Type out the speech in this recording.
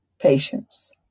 patience